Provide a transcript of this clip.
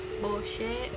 Bullshit